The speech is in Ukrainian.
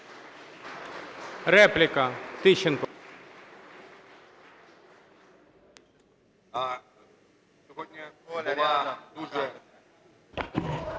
Репліка. Тищенко.